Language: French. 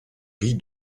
riz